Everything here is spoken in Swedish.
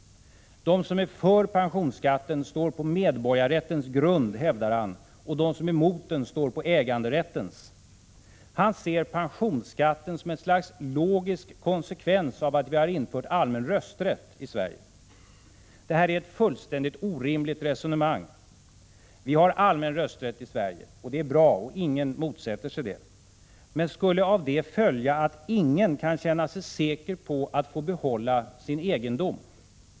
De som är för pensionsskatten står på medborgarrättens grund, hävdar han. Och de som är emot den står på äganderättens. Han ser pensionsskatten som ett slags logisk konsekvens av att vi har infört allmän rösträtt i Sverige. Det är ett fullständigt orimligt resonemang. Vi har allmän rösträtt i Sverige och ingen motsätter sig det. Men skulle av det följa att ingen kan känna sig säker på att få behålla sin egendom?